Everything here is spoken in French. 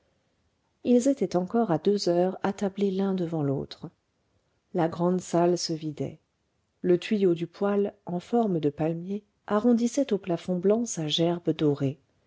ils étaient encore à deux heures attablés l'un devant l'autre la grande salle se vidait le tuyau du poêle en forme de palmier arrondissait au plafond blanc sa gerbe dorée